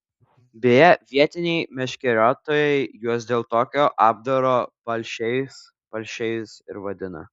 beje vietiniai meškeriotojai juos dėl tokio apdaro palšiais palšais ir vadina